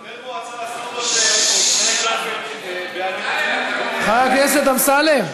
חבר מועצה, אסור לו, חבר הכנסת אמסלם.